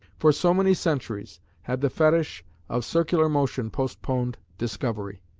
for so many centuries had the fetish of circular motion postponed discovery.